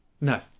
No